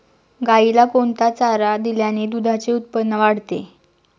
गाईला कोणता चारा दिल्याने दुधाचे उत्पन्न वाढते?